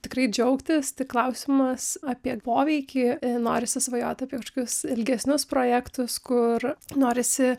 tikrai džiaugtis tik klausimas apie poveikį norisi svajoti apie kažkokius ilgesnius projektus kur norisi